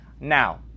Now